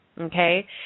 Okay